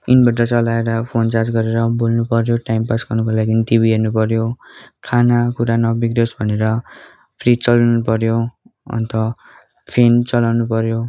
inverter चलाएर phone charge गरेर बोल्नुपऱ्यो टाइम पास गर्नुको लागिन् टिभी हेर्नुपऱ्यो खानेकुरा नबिग्रोस भनेर फ्रिज चलाउनु पऱ्यो अन्त फ्यान चलाउनु पऱ्यो